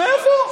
מאיפה?